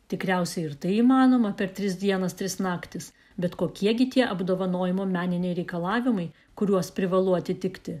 tikriausiai ir tai įmanoma per tris dienas tris naktis bet kokie gi tie apdovanojimo meniniai reikalavimai kuriuos privalu atitikti